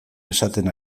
esaten